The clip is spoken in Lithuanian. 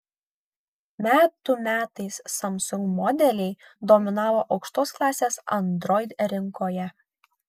metų metais samsung modeliai dominavo aukštos klasės android rinkoje